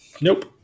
Nope